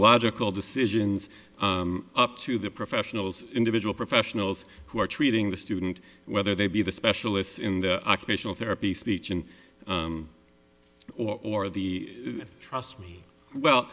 logical decisions up to the professionals individual professionals who are treating the student whether they be the specialists in the occupational therapy speech and or the trust me well